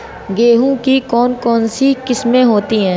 गेहूँ की कौन कौनसी किस्में होती है?